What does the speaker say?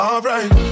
Alright